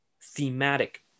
thematic